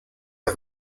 der